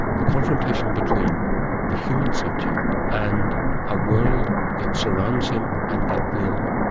the confrontation between the human subject and a world that surrounds him and that will,